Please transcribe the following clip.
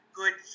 good